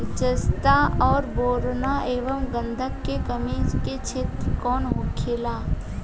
जस्ता और बोरान एंव गंधक के कमी के क्षेत्र कौन होखेला?